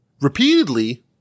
repeatedly